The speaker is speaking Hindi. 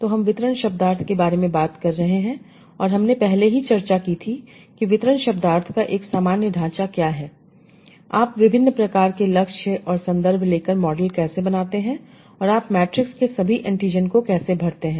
तो हम डिस्ट्रीब्यूशन सेमांटिक्स के बारे में बात कर रहे हैं और हमने पहले ही चर्चा की थी कि डिस्ट्रीब्यूशन सेमांटिक्स का एक सामान्य ढांचा क्या है आप विभिन्न प्रकार के लक्ष्य और संदर्भ लेकर मॉडल कैसे बनाते हैं और आप मैट्रिक्स के सभी एंटीजन को कैसे भरते हैं